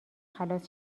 خلاص